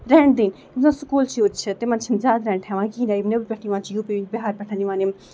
rent دِنۍ یِم زن سکوٗل شُرۍ چھِ تِمن چھِنہٕ زیادٕ رینٹ ہیٚوان کِہینۍ یِم نیبرٕ پٮ۪ٹھ یِوان چھِ یو پی بہار پٮ۪ٹھ یِوان یِم